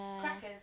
crackers